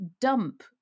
dump